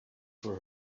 for